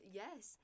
yes